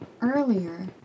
Earlier